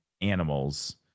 animals